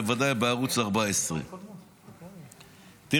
בוודאי בערוץ 14. תראי,